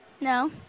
No